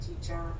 teacher